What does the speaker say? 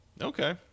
Okay